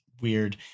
weird